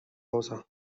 rosa